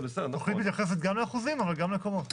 התוכנית מתייחסת גם לאחוזים אבל גם לקומות.